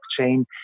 blockchain